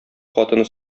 хатыны